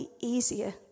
easier